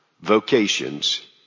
vocations